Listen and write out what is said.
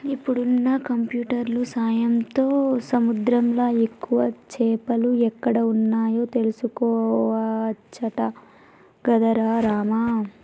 ఇప్పుడున్న కంప్యూటర్ల సాయంతో సముద్రంలా ఎక్కువ చేపలు ఎక్కడ వున్నాయో తెలుసుకోవచ్చట గదరా రామా